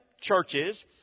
churches